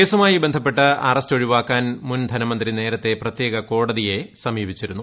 കേസുമായി ബന്ധപ്പെട്ട് അറസ്റ്റ് ഒഴിവാക്കാൻ മുൻ ധനമന്ത്രി നേരത്തെ പ്രത്യേക കോടതിയെ സമീപിച്ചിരുന്നു